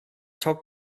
talk